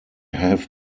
have